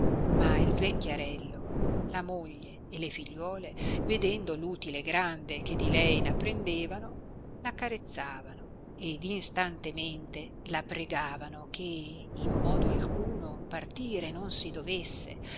ma il vecchiarello la moglie e le figliuole vedendo l'utile grande che di lei n apprendevano accarezzavano ed instantemente la pregavano che in modo alcuno partire non si dovesse